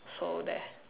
so there